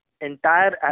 entire